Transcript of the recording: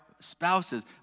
spouses